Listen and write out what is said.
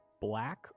black